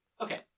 Okay